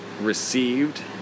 received